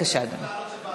בבקשה, אדוני.